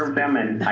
them. and